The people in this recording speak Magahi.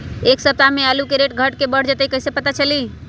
एक सप्ताह मे आलू के रेट घट ये बढ़ जतई त कईसे पता चली?